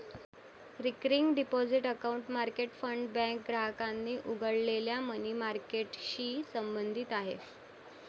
recurring deposit account market fund bank ग्राहकांनी उघडलेल्या money मार्केटशी संबंधित आहे